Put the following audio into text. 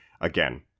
again